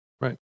Right